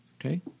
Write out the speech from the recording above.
Okay